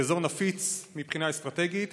אזור נפיץ מבחינה אסטרטגית,